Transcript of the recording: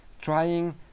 trying